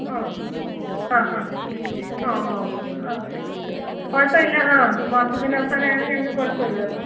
മ്മ് ആ ഹാ ആ ഓക്കെ ആ കുഴപ്പം ഇല്ല ആ മാസത്തിന്റെ അവസാനം ആണെങ്കിൽ ഞങ്ങൾക്ക് കുഴപ്പം ഇല്ല കേട്ടോ